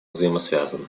взаимосвязаны